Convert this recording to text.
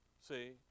See